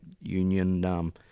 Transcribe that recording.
union